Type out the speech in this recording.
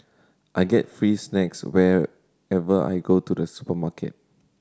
I get free snacks whenever I go to the supermarket